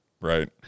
right